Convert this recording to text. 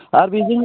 आरो बेजों